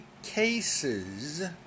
cases